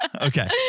Okay